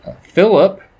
Philip